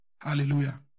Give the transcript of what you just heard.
Hallelujah